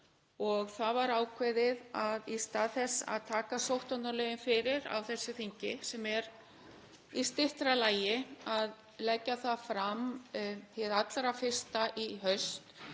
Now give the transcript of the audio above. mál og ákveðið var í stað þess að taka sóttvarnalögin fyrir á þessu þingi, sem er í styttra lagi, að leggja það fram hið allra fyrsta í haust